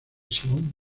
simón